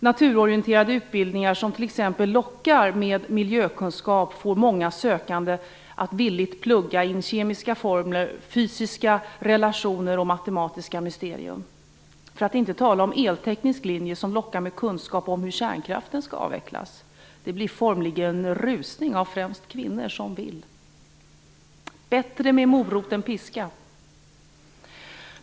Naturorienterade utbildningar som t.ex. lockar med miljökunskap får många sökande att villigt plugga in kemiska formler, fysiska relationer och matematiska mysterier. För att inte tala om elteknisk linje, som lockar med kunskap om hur kärnkraften skall avvecklas. Det blir formligen rusning av kvinnor som vill. Det är bättre med morot än piska.